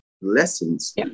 lessons